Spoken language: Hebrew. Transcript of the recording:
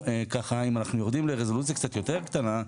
אם אנחנו יורדים לרזולוציה קצת יותר קטנה,